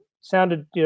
sounded